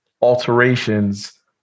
alterations